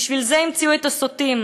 "בשביל זה המציאו את הסוטים,